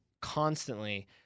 constantly